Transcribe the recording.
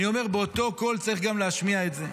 אני אומר, באותו קול צריך גם להשמיע את זה.